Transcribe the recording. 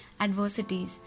adversities